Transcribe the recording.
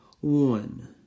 one